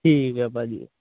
ਠੀਕ ਹੈ ਭਾਜੀ